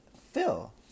Phil